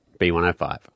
B105